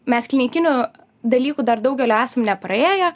mes klinikinių dalykų dar daugelio esam nepraėję